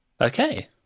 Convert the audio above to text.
Okay